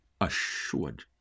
assured